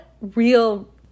real